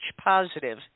positive